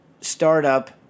startup